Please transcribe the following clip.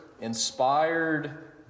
inspired